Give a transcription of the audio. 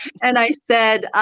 and i said,